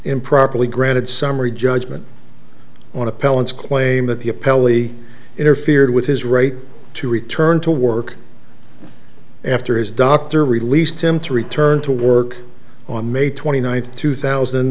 improperly granted summary judgment on appellants claim that the appellee interfered with his right to return to work after his doctor released him to return to work on may twenty ninth two thousand